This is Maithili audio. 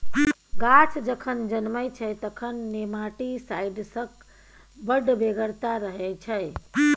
गाछ जखन जनमय छै तखन नेमाटीसाइड्सक बड़ बेगरता रहय छै